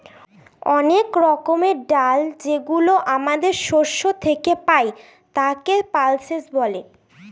অনেক রকমের ডাল যেগুলো আমাদের শস্য থেকে পাই, তাকে পালসেস বলে